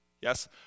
Yes